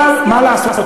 אבל מה לעשות,